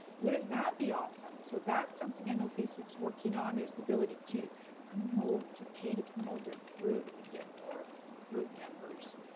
wouldn't that be awesome? so that's something i know facebook's working on, is the ability to promote, to pay to promote your group. and get more group members.